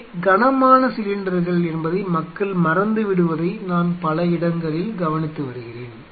இவை கனமான சிலிண்டர்கள் என்பதை மக்கள் மறந்துவிடுவதை நான் பல இடங்களில் கவனித்து வருகிறேன்